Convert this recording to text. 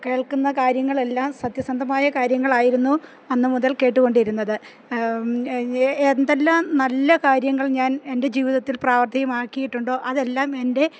കേൾക്കുന്ന കാര്യങ്ങളെല്ലാം സത്യസന്ധമായ കാര്യങ്ങളായിരുന്നു അന്നുമുതൽ കേട്ടുകൊണ്ടിരുന്നത് എന്തെല്ലാം നല്ല കാര്യങ്ങൾ ഞാനെൻ്റെ ജീവിതത്തിൽ പ്രാവർത്തിയമാക്കിയിട്ടുണ്ടോ അതെല്ലാം എൻ്റെ